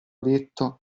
detto